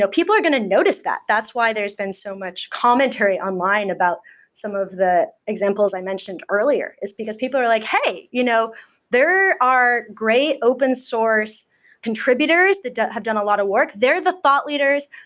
so people are going to notice that. that's why there's been so much commentary online about some of the examples i mentioned earlier, is because people are like, hey! you know there are are great open source contributors that have done a lot of work. they're the thought leaders.